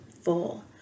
full